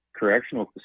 Correctional